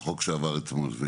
חוק שעבר אתמול.